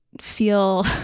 feel